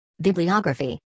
Bibliography